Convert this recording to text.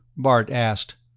bart asked,